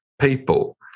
people